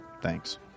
Thanks